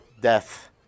death